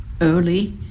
early